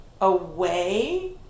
away